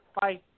Bye